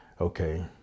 okay